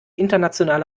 internationale